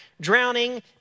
drowning